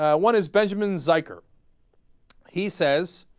one is benjamin zeiger he says